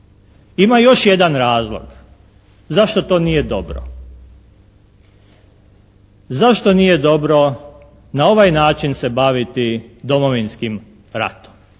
Ima još jedan razlog, zašto to nije dobro. Zašto nije dobro na ovaj način se baviti Domovinskim ratom?